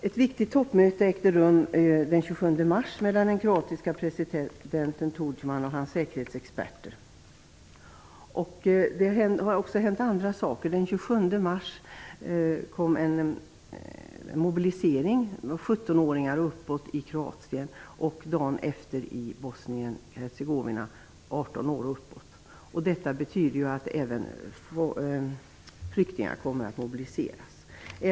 Ett viktigt toppmöte ägde rum den 27 mars mellan den kroatiske presidenten Tudjman och hans säkerhetsexperter. Det har också hänt andra saker. Den 27 åringar och äldre. Detta betyder att även flyktingar kommer att mobiliseras.